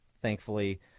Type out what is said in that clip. thankfully